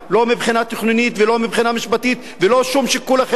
לא מבחינה תכנונית ולא מבחינה משפטית ולא שום שיקול אחר,